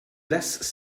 less